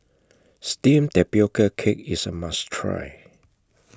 Steamed Tapioca Cake IS A must Try